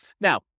Now